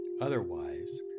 otherwise